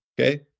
Okay